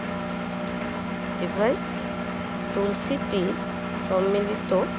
ᱪᱮᱵᱷᱟᱭᱤᱱ ᱛᱩᱞᱥᱤ ᱴᱤ ᱥᱚᱢᱢᱤᱞᱤᱛᱚ